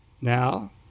now